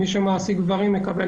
מי שמעסיק גברים מקבל